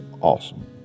awesome